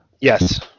Yes